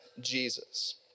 Jesus